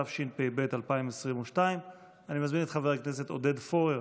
התשפ"ב 2022. אני מזמין את חבר הכנסת עודד פורר